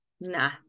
nah